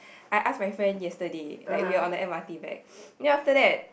I ask my friend yesterday like we were on the m_r_t back then after that